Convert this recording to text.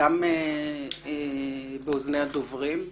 גם באוזני הדוברים,